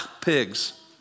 pigs